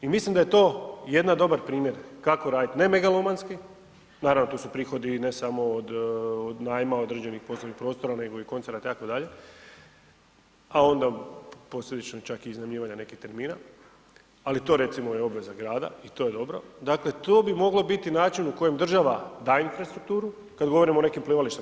I mislim da je to jedan dobar primjer kako raditi ne megalomanski, naravno tu su prihodi ne samo od najma određenih poslovnih prostora nego i koncerata itd., a onda posljedično čak i iznajmljivanja nekih termina, ali to je recimo obveza grada i to je dobro, dakle to bi mogao biti način u kojem država daje infrastrukturu, kada govorimo o nekim plivalištima.